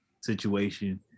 situation